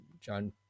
John